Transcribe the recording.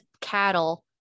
cattle